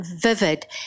vivid